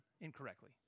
incorrectly